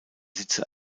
sitze